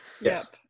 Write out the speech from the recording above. Yes